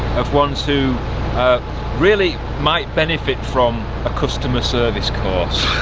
of ones who really might benefit from a customer service course,